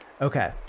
Okay